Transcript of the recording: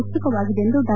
ಉತ್ಸುಕವಾಗಿದೆ ಎಂದು ಡಾ